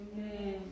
Amen